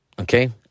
Okay